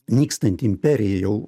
nykstanti imperija jau